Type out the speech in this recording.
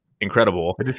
incredible